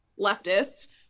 leftists